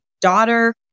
daughter